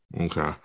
Okay